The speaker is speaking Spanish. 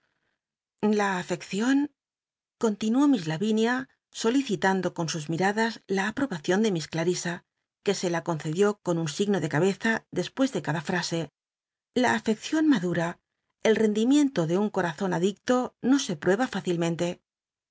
la afeccion continuó miss lavinia solici tando con sus miradas la aprobacion de miss clarisa que se la concedió con un signo de cabeza despues de cada frase la afcccion madura el rendimiento de un corazon adicto no se prueba fácilmente